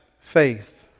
faith